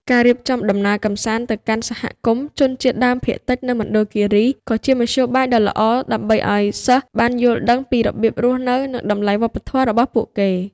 ការរៀបចំដំណើរកម្សាន្តទៅកាន់សហគមន៍ជនជាតិដើមភាគតិចនៅខេត្តមណ្ឌលគិរី ក៏ជាមធ្យោបាយដ៏ល្អដើម្បីឱ្យសិស្សបានយល់ដឹងពីរបៀបរស់នៅនិងតម្លៃវប្បធម៌របស់ពួកគេ។